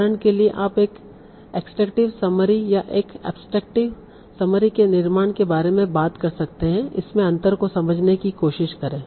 उदाहरण के लिए आप एक एक्स्ट्रेक्टिव समरी या एक एब्सट्रैक्ट समरी के निर्माण के बारे में बात कर सकते हैं इसमें अंतर को समझने की कोशिश करें